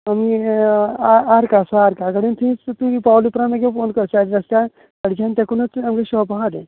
आमी आ आर्क आसा आर्का कडेन थी तुमी पावले उपरांत मागीर फोन कर चार रस्त्याच्यान रत्स्त्याक तेकुनूत आमचें शाॅप आसा तें